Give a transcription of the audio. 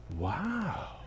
wow